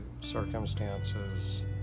circumstances